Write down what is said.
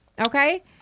Okay